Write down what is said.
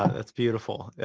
that's beautiful.